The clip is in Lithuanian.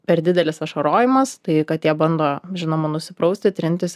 per didelis ašarojimas tai katė bando žinoma nusiprausti trintis